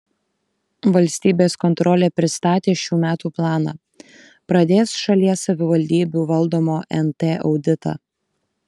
valstybės kontrolė pristatė šių metų planą pradės šalies savivaldybių valdomo nt auditą